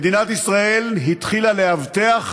מדינת ישראל התחילה לאבטח